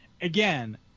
again